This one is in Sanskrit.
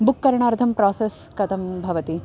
बुक् करणार्थं प्रासस् कथं भवति